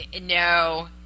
no